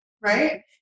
right